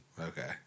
Okay